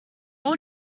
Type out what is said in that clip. all